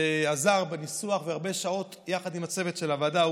שעזר בניסוח ועשה הרבה שעות יחד עם הצוות של הוועדה.